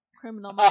Criminal